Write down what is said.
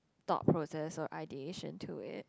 thought process of ideation to it